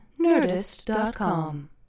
Nerdist.com